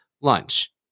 lunch